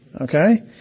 okay